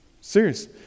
Serious